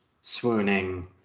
swooning